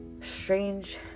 strange